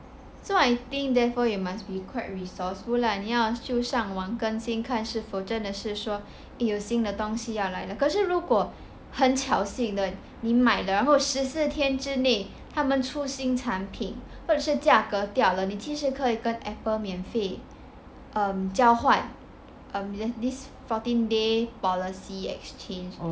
so I think therefore you must be quite resourceful lah 你要就是去上网跟新看是否真的是说有新的东西 ya like 可是如果很巧你买的然后十四天之内他们出新产品还是价格掉了你其实可以跟 apple 免费 um 交换 um there's this fourteen day policy exchange lor